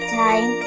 time